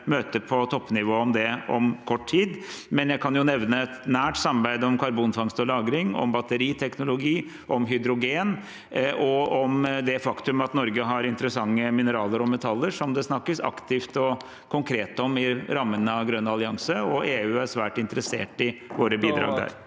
møter på toppnivå om det om kort tid. Men jeg kan nevne et nært samarbeid om karbonfangst og -lagring, om batteriteknologi, om hydrogen, og om det faktum at Norge har interessante mineraler og metaller som det snakkes aktivt og konkret om i rammene (presidenten klubbar) av grønn allianse. EU er svært interessert i våre bidrag der.